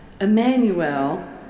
Emmanuel